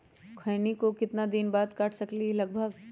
खैनी को कितना दिन बाद काट सकलिये है लगभग?